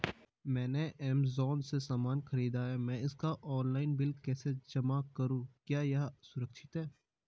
मैंने ऐमज़ान से सामान खरीदा है मैं इसका ऑनलाइन बिल कैसे जमा करूँ क्या यह सुरक्षित है?